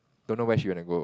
don't know where she wanna go